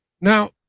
Now